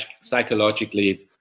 psychologically